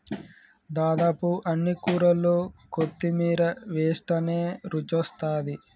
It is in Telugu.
దాదాపు అన్ని కూరల్లో కొత్తిమీర వేస్టనే రుచొస్తాది